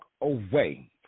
away